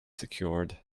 secured